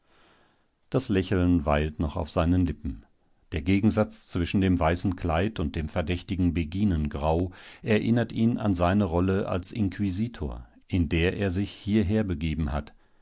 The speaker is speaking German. das lächeln weilt noch auf seinen lippen der gegensatz zwischen dem weißen kleid und dem verdächtigen beginengrau erinnert ihn an seine rolle als inquisitor in der er sich hierher begeben hat